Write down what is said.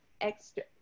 extra